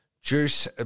Juice